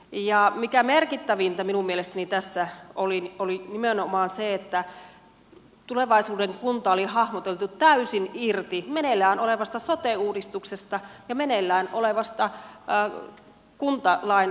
ja merkittävintä minun mielestäni tässä oli nimenomaan se että tulevaisuuden kunta oli hahmoteltu täysin irti meneillään olevasta sote uudistuksesta ja meneillään olevasta kuntalain kokonaisuudistuksesta